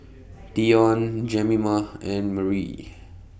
Deion Jemima and Marie